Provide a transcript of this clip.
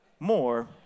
more